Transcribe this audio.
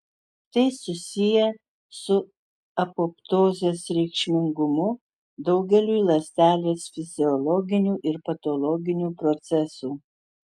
tai susiję su apoptozės reikšmingumu daugeliui ląstelės fiziologinių ir patologinių procesų